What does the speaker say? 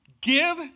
give